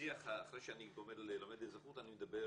אחרי שאני גומר ללמד אזרחות אני מדבר